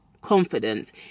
confidence